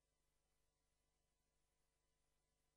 ובתוך ישראל.